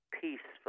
peaceful